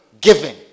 giving